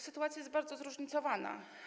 Sytuacja jest bardzo zróżnicowana.